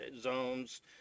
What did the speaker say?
zones